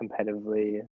competitively